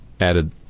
added